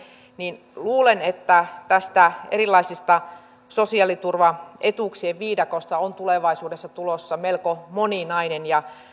niin luulen että tästä erilaisesta sosiaaliturvaetuuksien viidakosta on tulevaisuudessa tulossa melko moninainen